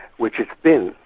which it's been,